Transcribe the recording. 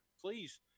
please